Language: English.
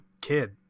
kid